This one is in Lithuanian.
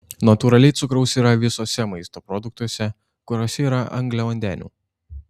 natūraliai cukraus yra visuose maisto produktuose kuriuose yra angliavandenių